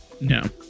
No